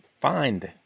find